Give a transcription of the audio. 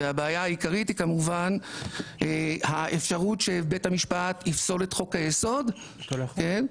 והבעיה העיקרית היא כמובן האפשרות שבית המשפט יפסול את חוק היסוד כן,